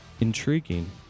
Intriguing